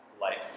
life